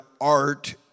art